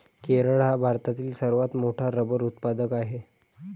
केरळ हा भारतातील सर्वात मोठा रबर उत्पादक आहे